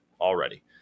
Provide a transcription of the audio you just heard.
already